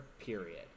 period